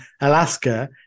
Alaska